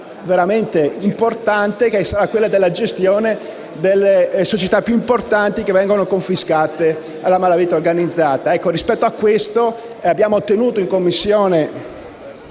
veramente rilevante come quella della futura gestione delle società più importanti che vengono confiscate alla malavita organizzata.